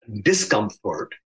discomfort